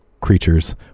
creatures